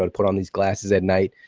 but put on these glasses at night.